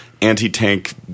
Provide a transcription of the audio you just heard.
anti-tank